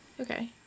Okay